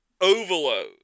overload